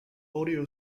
audio